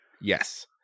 Yes